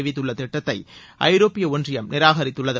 அறிவித்துள்ள திட்டத்தை ஐரோப்பிய ஒன்றியம் நிராகரித்துள்ளது